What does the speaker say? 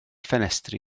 ffenestri